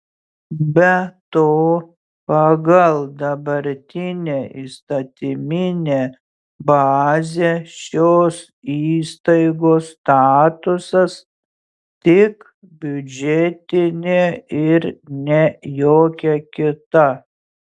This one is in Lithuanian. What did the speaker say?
be to pagal dabartinę įstatyminę bazę šios įstaigos statusas tik biudžetinė ir ne jokia kita